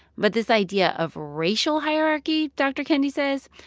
but this idea of racial hierarchy, dr. kendi says,